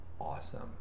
awesome